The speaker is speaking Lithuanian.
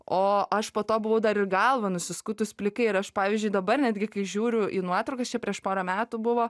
o aš po to buvau dar ir galvą nusiskutus plikai ir aš pavyzdžiui dabar netgi kai žiūriu į nuotraukas čia prieš porą metų buvo